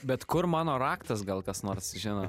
bet kur mano raktas gal kas nors žino